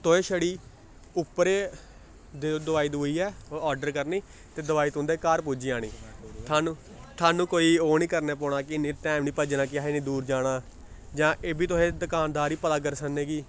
तुसें छड़ी उप्परै दोआई दउई ऐ आर्डर करनी ते दोआई तुं'दे घर पुज्जी जानी थुहानूं थुहानूं कोई ओह् निं करने पौना कि टैम निं भज्जना कि असें इन्नी दूर जाना जां एह् बी तुसें दकानदार गी पता करी सकनें कि